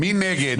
מי נגד?